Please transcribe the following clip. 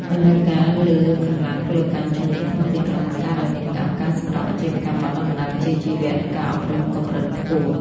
តម្រូវការលើកម្លាំងពលកម្មជំនាញក្នុងទីក្រុង បង្កើតឱ្យមានឱកាសសម្រាប់អាជីវកម្មបណ្ដុះបណ្ដាលវិជ្ជាជីវៈ និងការអប់រំកម្រិតខ្ពស់។